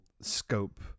scope